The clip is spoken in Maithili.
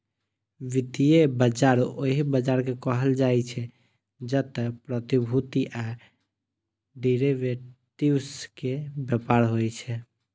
वित्तीय बाजार ओहि बाजार कें कहल जाइ छै, जतय प्रतिभूति आ डिरेवेटिव्स के व्यापार होइ छै